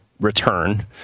return